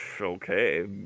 Okay